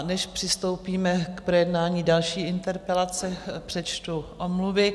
Než přistoupíme k projednání další interpelace, přečtu omluvy.